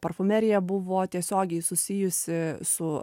parfumerija buvo tiesiogiai susijusi su